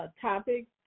topics